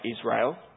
Israel